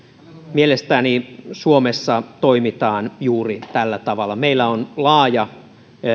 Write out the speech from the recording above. mielestäni suomessa toimitaan juuri tällä tavalla meillä on laaja